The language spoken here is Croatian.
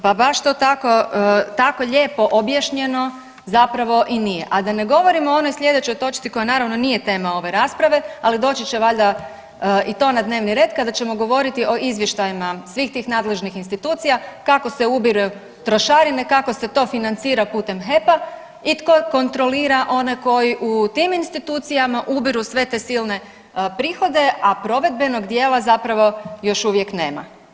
Pa baš to tako lijepo objašnjeno zapravo i nije, a da ne govorim o onoj sljedećoj točci koja naravno nije tema ove rasprave, ali doći će valjda i to na dnevni red kada ćemo govoriti o izvještajima svih tih nadležnih institucija kako se ubiru trošarine, kako se to financira putem HEP-a i tko kontrolira one koji u tim institucijama ubiru sve te silne prihode, a provedbenog dijela zapravo još uvijek nema.